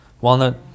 Walnut